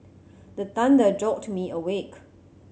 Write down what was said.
the thunder jolt me awake